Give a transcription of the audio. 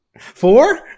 Four